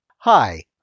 Hi